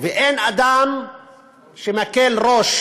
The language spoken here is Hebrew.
ואין אדם שמקל ראש